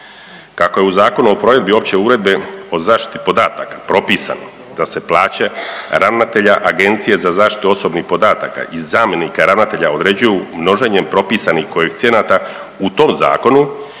Kako je u Zakonu o provedbi Opće uredbe o zaštiti podataka propisano da se plaće ravnatelja Agencije za zaštitu osobnih podataka i zamjenika ravnatelja određuju množenjem propisanih koeficijenata u tom zakonu